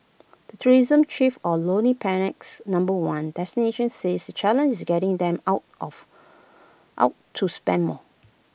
the tourism chief or lonely Planet's number one destination says the challenge is getting them out of out to spend more